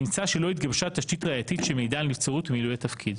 נמצא שלא התגבשה תשתית ראייתית שמעידה על נבצרות במילוי התפקיד.